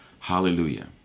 hallelujah